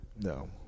no